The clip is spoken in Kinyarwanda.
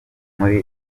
muri